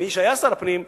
כמי שהיה שר הפנים,